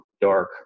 dark